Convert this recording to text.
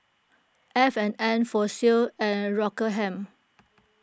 F and N Fossil and Rockingham